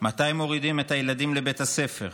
מתי מורידים את הילדים לבית הספר,